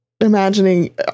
Imagining